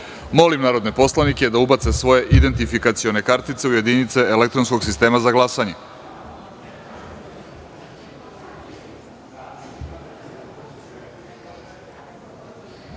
narodne poslanike da ubace svoje identifikacione kartice u jedinice elektronskog sistema za